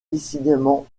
décidément